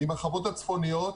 עם החוות הצפוניות,